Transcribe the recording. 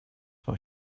what